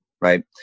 right